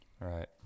right